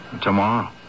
Tomorrow